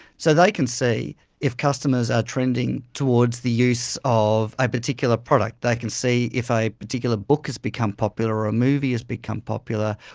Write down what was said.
so they can see if customers are trending towards the use of a particular product. they can see if a particular book has become popular, or a movie has become popular,